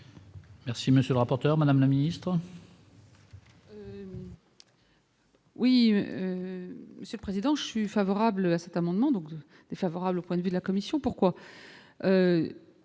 Merci, monsieur le rapporteur, Madame la ministre. Oui, monsieur le président, je suis favorable à cet amendement donc défavorable au point de vue de la commission, pourquoi